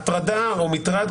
הטרדה או מטרד,